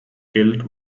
geld